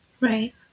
Right